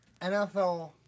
NFL